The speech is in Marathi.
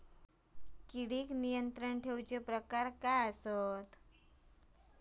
किडिक नियंत्रण ठेवुचा प्रकार काय?